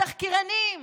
התחקירנים,